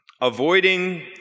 avoiding